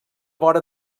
vora